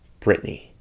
Britney